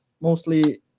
mostly